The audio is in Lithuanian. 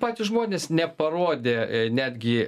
patys žmonės neparodė netgi